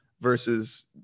versus